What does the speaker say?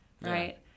Right